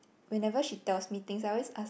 whenever she tells me things I always ask